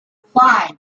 five